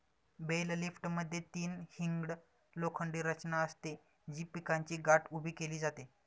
bell लिफ्टरमध्ये तीन hinged लोखंडी रचना असते, जी पिकाची गाठ उभी केली जाते